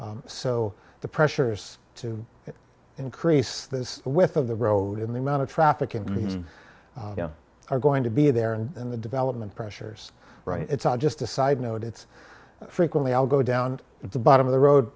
so the pressures to increase this with of the road in the amount of traffic and we are going to be there and the development pressures right it's not just a side note it's frequently i'll go down to the bottom of the road